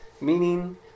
Meaning